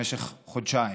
במשך חודשיים.